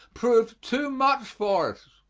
proved too much for us.